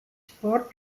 sport